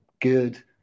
good